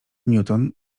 newton